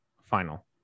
final